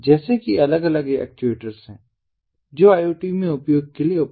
जैसे कि अलग अलग एक्चुएटर्स हैं जो IoT में उपयोग के लिए उपलब्ध हैं